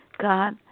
God